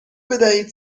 بدهید